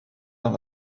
dans